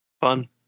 Fun